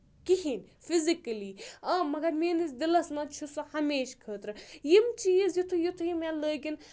کہیٖنۍ فِزِکٔلی آ مگر میٲنِس دِلَس منٛز چھُ سُہ ہمیشہِ خٲطرٕ یِم چیٖز یِتھُے یُتھُے مےٚ لٲگِنۍ